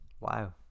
Wow